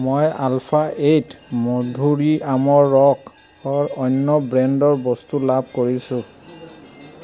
মই alpha eight মধুৰীআমৰ ৰসৰ অন্য ব্ৰেণ্ডৰ বস্তু লাভ কৰিছোঁ